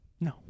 No